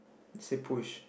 seat push